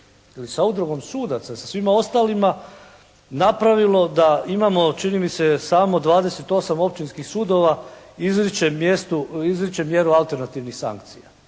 sa udrugom sudaca, sa svima ostalima napravilo da imamo čini mi se samo 28 općinskih sudova izriče mjeru alternativnih sankcija.